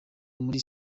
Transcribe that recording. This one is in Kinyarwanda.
muri